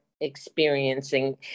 experiencing